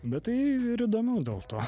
bet tai ir įdomiau dėl to